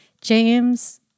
James